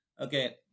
Okay